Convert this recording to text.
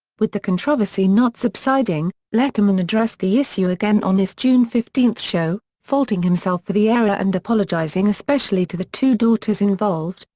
with the controversy not subsiding, letterman addressed the issue again on his june fifteen show, faulting himself for the error and apologizing especially to the two daughters involved,